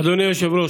אדוני היושב-ראש,